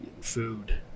food